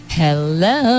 hello